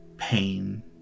Pain